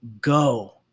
go